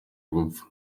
gupfa